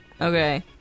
Okay